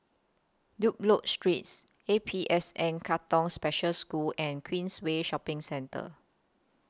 Dunlop Streets A P S N Katong Special School and Queensway Shopping Centre